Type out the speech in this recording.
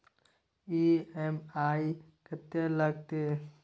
EMI कत्ते लगतै?